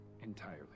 entirely